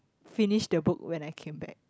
finished the book when I came back